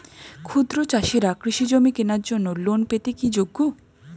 ক্ষুদ্র চাষিরা কৃষিজমি কেনার জন্য লোন পেতে কি যোগ্য?